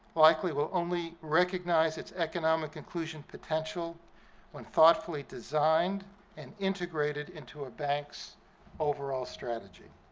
likely will only recognize its economic inclusion potential when thoughtfully designed and integrated into a bank's overall strategy.